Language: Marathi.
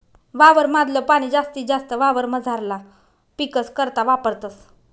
वावर माधल पाणी जास्तीत जास्त वावरमझारला पीकस करता वापरतस